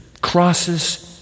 crosses